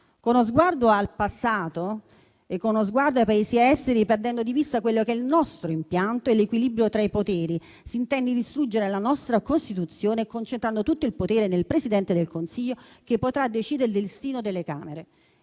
Con uno sguardo al passato e ai Paesi esteri, perdendo di vista il nostro impianto e l'equilibrio tra i poteri, si intende distruggere la nostra Costituzione, concentrando tutto il potere nel Presidente del Consiglio, che potrà decidere del destino delle Camere.